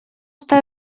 està